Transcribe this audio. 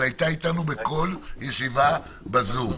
אבל הייתה איתנו בכל ישיבה בזום,